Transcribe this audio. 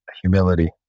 Humility